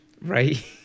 right